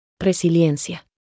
Resiliencia